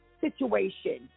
situation